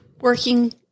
Working